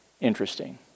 interesting